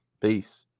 Peace